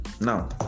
now